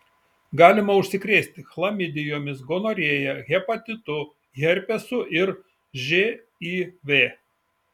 galima užsikrėsti chlamidijomis gonorėja hepatitu herpesu ir živ